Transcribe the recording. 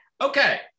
okay